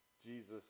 Jesus